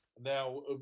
Now